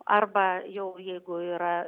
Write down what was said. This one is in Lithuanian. arba jau jeigu yra